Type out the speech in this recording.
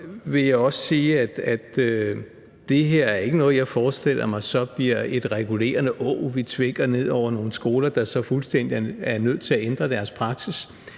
jeg også sige, at det her ikke er noget, jeg forestiller mig så bliver et regulerende åg, vi tvinger ned over nogle skoler, der så er nødt til fuldstændig at ændre deres praksis.